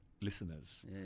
listeners